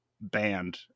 band